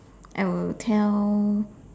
I will tell